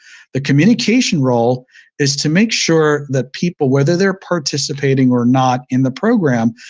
the communication role is to make sure that people, whether they're participating or not in the program,